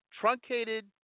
truncated